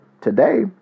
today